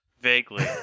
Vaguely